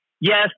yes